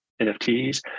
NFTs